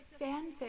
fanfic